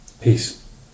Peace